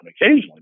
occasionally